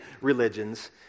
religions